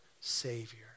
Savior